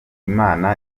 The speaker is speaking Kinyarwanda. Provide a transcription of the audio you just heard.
imana